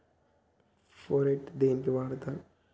Phorate దేనికి వాడుతరు?